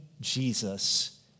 Jesus